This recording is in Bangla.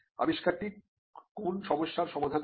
আবিষ্কারটি কোন সমস্যার সমাধান করে